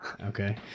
Okay